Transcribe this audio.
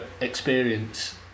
experience